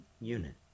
Unit